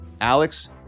Alex